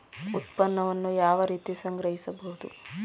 ಉತ್ಪನ್ನವನ್ನು ಯಾವ ರೀತಿ ಸಂಗ್ರಹಿಸಬಹುದು?